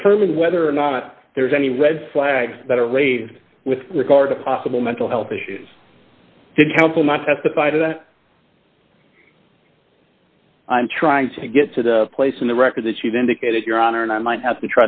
determine whether or not there's any red flags that are raised with regard to possible mental health issues did counsel might testify that i'm trying to get to the place in the record that you've indicated your honor and i might have to